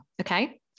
Okay